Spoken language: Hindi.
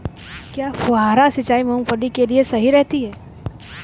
क्या फुहारा सिंचाई मूंगफली के लिए सही रहती है?